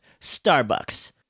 Starbucks